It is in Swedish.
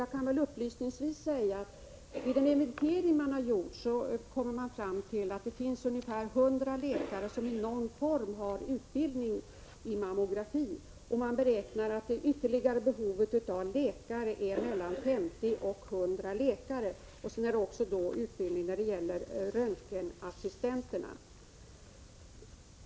Jag kan upplysningsvis säga, att man i den inventering som gjorts har kommit fram till att det finns ungefär hundra läkare, som i någon form har » utbildning i mammografi. Man beräknar att det ytterligare behovet av läkare är mellan femtio och hundra, och dessutom behövs utbildning av röntgenassistenter.